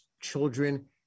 children